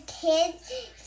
kids